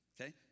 okay